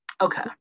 Okay